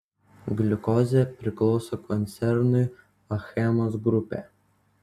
gliukozė priklauso koncernui achemos grupė